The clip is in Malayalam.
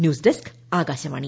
news desk Akashvani